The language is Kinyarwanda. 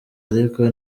ariko